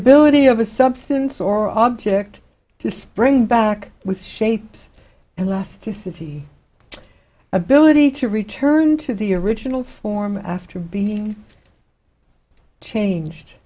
ability of a substance or object to spring back with shapes and lastly city ability to return to the original form after being changed